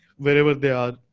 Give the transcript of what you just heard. wherever they are,